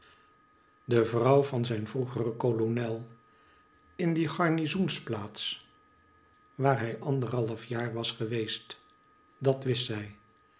de vrouw van zijn vroegeren kolonel in die gamizoensplaats waar hij anderhalfjaar was geweest dat wist zij